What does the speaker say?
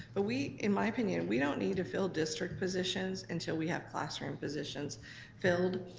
ah we, in my opinion, we don't need to fill district positions until we have classroom positions filled.